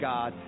God